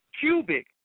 Cubic